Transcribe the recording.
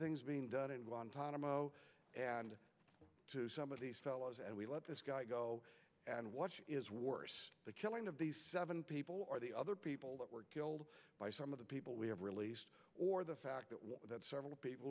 things being done in guantanamo and to some of these fellows and we let this guy go and what is worse the killing of these seven people or the other people that were killed by some of the people we have released or the fact that several people